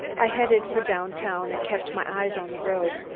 i headed for down-town and kept my eyes on the road,